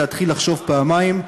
להתחיל לחשוב פעמיים.